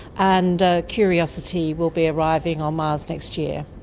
and curiosity will be arriving on mars next year.